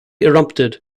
erupted